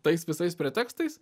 tais visais pretekstais